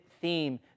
theme